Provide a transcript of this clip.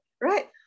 right